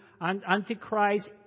Antichrist